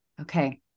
Okay